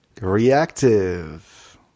reactive